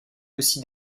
aussi